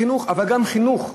חינוך, אבל גם חינוך.